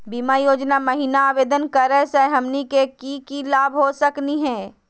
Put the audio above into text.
बीमा योजना महिना आवेदन करै स हमनी के की की लाभ हो सकनी हे?